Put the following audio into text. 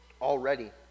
already